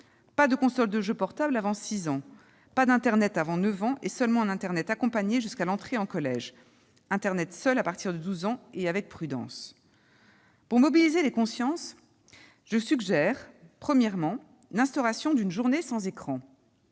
pas de console de jeux portable avant six ans ; pas d'internet avant neuf ans, et seulement un internet accompagné jusqu'à l'entrée en collège ; enfin, internet seul à partir de douze ans, mais avec prudence. Pour mobiliser les consciences, je suggère, premièrement, l'instauration d'une journée sans écran,